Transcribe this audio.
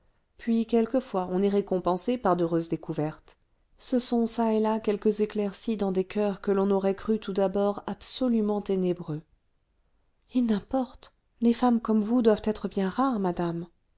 puis quelquefois on est récompensé par d'heureuses découvertes ce sont çà et là quelques éclaircies dans des coeurs que l'on aurait crus tout d'abord absolument ténébreux il n'importe les femmes comme vous doivent être bien rares madame